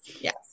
Yes